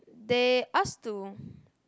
they ask to